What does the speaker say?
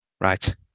right